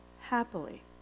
happily